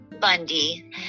Bundy